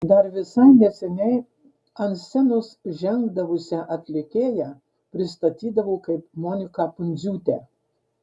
dar visai neseniai ant scenos žengdavusią atlikėją pristatydavo kaip moniką pundziūtę